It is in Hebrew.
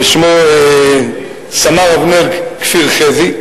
ושמו סמ"ר אבנר כפיר חזי,